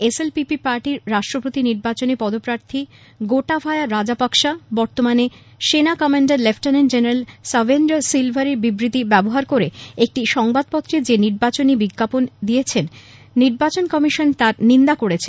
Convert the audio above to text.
SLPP party র রাষ্ট্রপতি নির্বাচনে পদপ্রার্থী গোটাভায়া রাজাপাক্সা বর্তমান সেনা কমান্ডার লেফটেন্যআন্ট জেনারেল সভেন্দ্র সিলভার বিবৃতি ব্যবহার করে একটি সংবাদপত্রে যে নির্বাচনী বিজ্ঞাপন দিয়েছেন নির্বাচন কমিশন তার নিন্দা করেছে